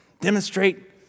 Demonstrate